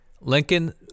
Lincoln